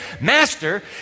Master